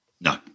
No